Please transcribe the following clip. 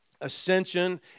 Ascension